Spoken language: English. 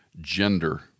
gender